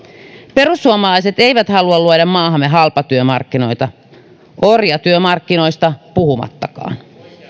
perussuomalaiset eivät halua luoda maahamme halpatyömarkkinoita orjatyömarkkinoista puhumattakaan